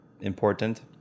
important